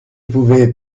pouvaient